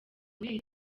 muri